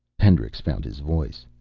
hendricks found his voice.